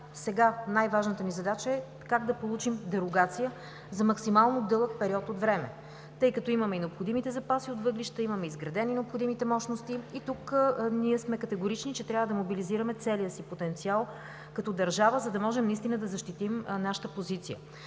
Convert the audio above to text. че най-важната ни задача е как да получим дерогация за максимално дълъг период от време, тъй като имаме и необходимите запаси от въглища, имаме изградени необходимите мощности и тук ние сме категорични, че трябва да мобилизираме целия си потенциал като държава, за да можем наистина да защитим нашата позиция.